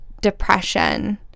depression